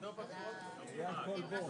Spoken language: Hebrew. נועה,